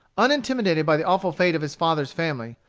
unintimidated by the awful fate of his father's family,